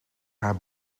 haar